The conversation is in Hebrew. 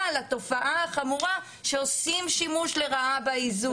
על התופעה החמורה שעושים שימוש לרעה באיזוק,